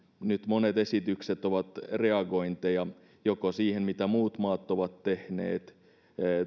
nyt monet esitykset ovat reagointeja joko siihen mitä muut maat ovat tehneet